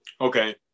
Okay